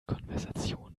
konversation